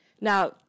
Now